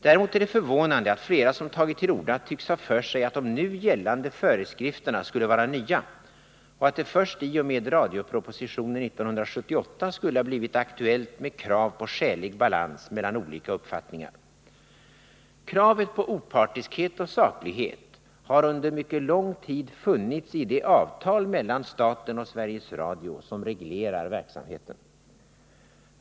Däremot är det förvånande att flera som tagit till orda tycks ha för sig att de nu gällande föreskrifterna skulle vara nya och att det först i och med radiopropositionen 1978 skulle ha blivit aktuellt med krav på skälig balans mellan olika uppfattningar. Kravet på opartiskhet och saklighet har under mycket lång tid funnits i det avtal mellan staten och Sveriges Radio som reglerar verksamheten.